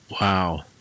Wow